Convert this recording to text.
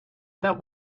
that